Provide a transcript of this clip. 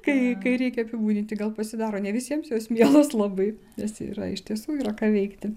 kai kai reikia apibūdinti gal pasidaro ne visiems jos mielos labai nes yra iš tiesų yra ką veikti